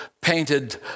painted